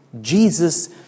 Jesus